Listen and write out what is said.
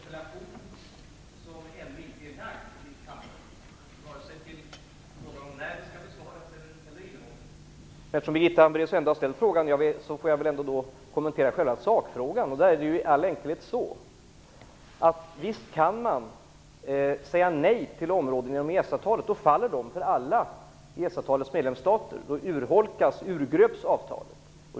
Herr talman! Det är kanske litet originellt att svara på en interpellation när man varken bestämt när den skall besvaras eller känner till innehållet. Eftersom Birgitta Hambraeus ändå ställt frågan, får jag väl kommentera själva sakfrågan. Där är det i all enkelhet så att man visst kan säga nej till områden i EES avtalet. Då faller de för alla EES-avtalets medlemsstater, då urgröps avtalet.